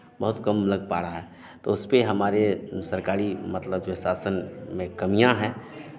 बहुत कम लग पा रहा है तो उसपे हमारे सरकारी मतलब जो शासन में कमियाँ हैं